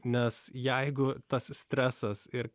nes jeigu tas stresas ir